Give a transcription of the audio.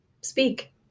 speak